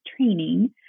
training